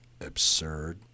absurd